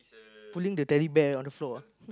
pulling the Teddy Bear on the floor